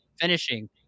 Finishing